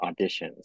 auditions